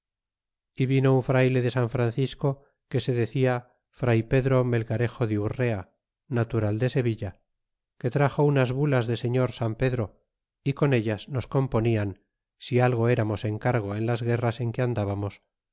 y vino un frayle de san francisco que se decía fray pedro melgarejo de urrea natural de sevilla que traxo unas bulas de señor san pedro y con ellas nos componian si algo eramos en cargo en las guerras en que andbarnos